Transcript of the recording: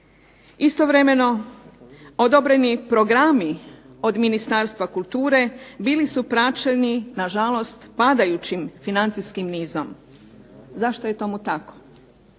Istovremeno, odobreni programi od Ministarstva kulture bili su praćeni nažalost padajućim financijskim nizom. Zašto je tomu tako?